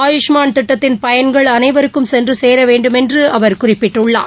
ஆயுஷ்மான் திட்டத்தின் பயன்கள் அனைவருக்கும் சென்றுசேரவேண்டும் என்றுஅவா குறிப்பிட்டுள்ளார்